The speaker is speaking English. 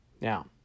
Now